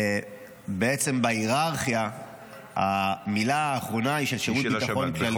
בעצם בהיררכיה המילה האחרונה היא של שירות ביטחון כללי.